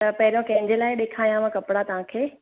त पहिरियों कंहिंजे लाइ ॾेखारियांव कपिड़ा तव्हांखे